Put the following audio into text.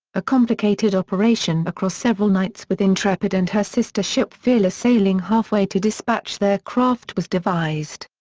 a complicated operation across several nights with intrepid and her sister ship fearless sailing half-way to dispatch their craft was devised.